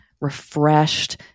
refreshed